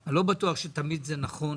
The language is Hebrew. אני לא בטוח שתמיד זה נכון,